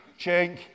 chink